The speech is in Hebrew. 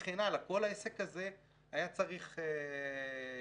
כל העסק היה צריך לפעול.